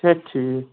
چھےٚ ٹھیٖک